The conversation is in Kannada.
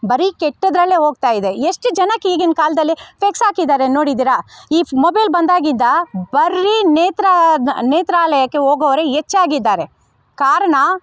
ಬರೀ ಕೆಟ್ಟದರಲ್ಲೇ ಹೋಗ್ತಾಯಿದೆ ಎಷ್ಟು ಜನಕ್ಕೆ ಈಗಿನ ಕಾಲದಲ್ಲಿ ಸ್ಪೆಕ್ಸ್ ಹಾಕಿದ್ದಾರೆ ನೋಡಿದ್ದೀರಾ ಈ ಮೊಬೈಲ್ ಬಂದಾಗಿಂದ ಬರೀ ನೇತ್ರದ ನೇತ್ರಾಲಯಕ್ಕೆ ಹೋಗೋರೇ ಹೆಚ್ಚಾಗಿದ್ದಾರೆ ಕಾರಣ